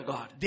God